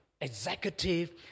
executive